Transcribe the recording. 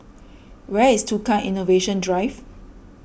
where is Tukang Innovation Drive